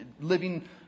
living